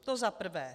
To za prvé.